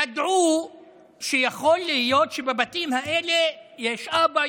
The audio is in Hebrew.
ידעו שיכול להיות שבבתים האלה יש אבא,